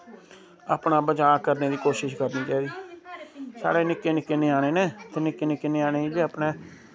अपना बचाऽ करने दी कोशिश करनी चाहिदी साढ़े निक्के निक्के ञ्याणे नै ते निक्के निक्के ञ्याणे बी अपने